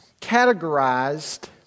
categorized